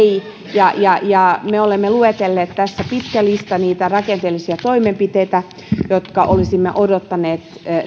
ei me olemme luetelleet tässä pitkän listan niitä rakenteellisia toimenpiteitä joita olisimme odottaneet